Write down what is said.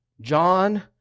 John